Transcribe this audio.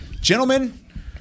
Gentlemen